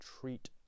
treat